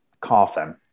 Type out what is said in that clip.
coffin